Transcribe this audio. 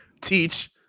Teach